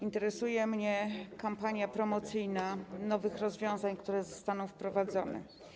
Interesuje mnie kampania promocyjna nowych rozwiązań, które zostaną wprowadzone.